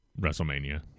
WrestleMania